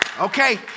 Okay